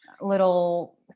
little